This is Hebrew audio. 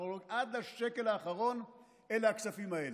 עד השקל האחרון אלה הכספים האלה,